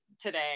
today